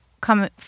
come